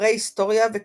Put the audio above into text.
פרה-היסטוריה וקדמוניות